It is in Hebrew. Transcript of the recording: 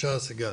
בבקשה סיגל.